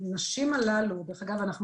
הנשים הללו ודרך אגב,